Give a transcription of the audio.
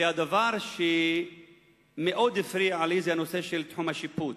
והדבר שמאוד הפריע לי היה הנושא של תחום השיפוט,